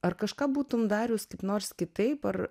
ar kažką būtum darius kaip nors kitaip ar